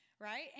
Right